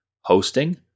hosting